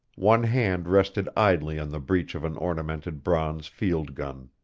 one hand rested idly on the breech of an ornamented bronze field-gun.